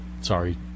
Sorry